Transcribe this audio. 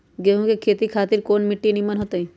गेंहू की खेती खातिर कौन मिट्टी निमन हो ताई?